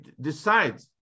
decides